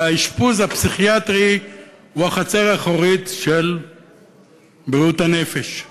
והאשפוז הפסיכיאטרי הוא החצר האחורית של בריאות הנפש.